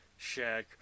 Shaq